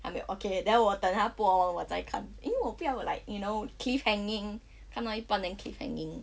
I mean okay then 我等他播完我在看因为我不要 like you know cliff hanging 看到一半 then cliff hanging